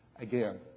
Again